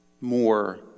more